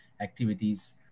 activities